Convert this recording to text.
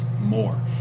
more